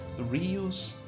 reuse